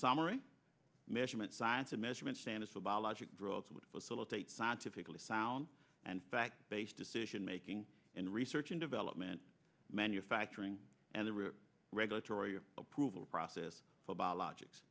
summary measurement science of measurement standards for biologic drugs would facilitate scientifically sound and fact based decision making in research and development manufacturing and the river regulatory approval process for biologics